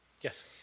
Yes